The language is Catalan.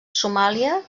somàlia